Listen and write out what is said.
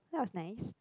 that was nice